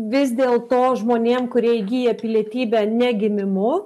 vis dėl to žmonėm kurie įgyja pilietybę ne gimimu